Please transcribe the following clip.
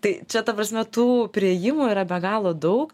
tai čia ta prasme tų priėjimų yra be galo daug